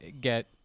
get